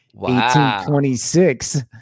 1826